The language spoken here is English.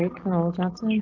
and coral johnson. yeah